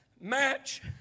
match